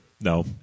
No